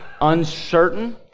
uncertain